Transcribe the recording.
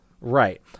Right